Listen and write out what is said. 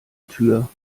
tür